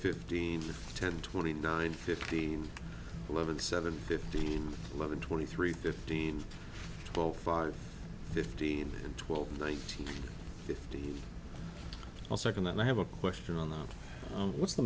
fifteen ten twenty nine fifteen eleven seven fifteen eleven twenty three fifteen zero five fifteen and twelve nineteen fifty i'll second that i have a question on the what's the